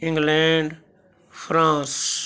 England France